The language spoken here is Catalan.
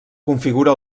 configura